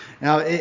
Now